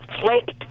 flake